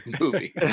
movie